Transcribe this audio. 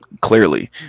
Clearly